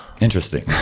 Interesting